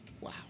Wow